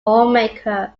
homemaker